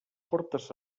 fortes